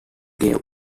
gave